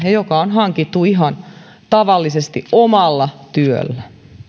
ja joka on hankittu ihan tavallisesti omalla työllä